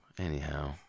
Anyhow